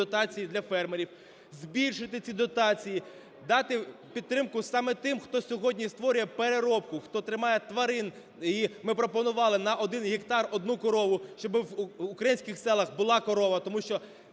дотацій для фермерів, збільшити ці дотації, дати підтримку саме тим, хто сьогодні створює переробку, хто тримає тварин. І ми пропонували на 1 гектар 1 корову, щоб в українських селах була корова. Тому що,